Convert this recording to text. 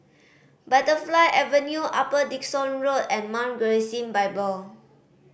Butterfly Avenue Upper Dickson Road and Mount Gerizim Bible